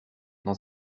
dans